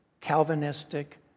Calvinistic